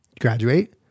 graduate